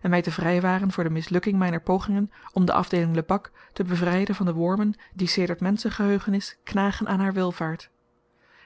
en my te vrywaren voor de mislukking myner pogingen om de afdeeling lebak te bevryden van de wormen die sedert menschen geheugenis knagen aan haar welvaart